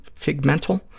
Figmental